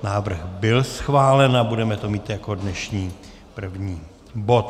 Návrh byl schválen a budeme to mít jako dnešní první bod.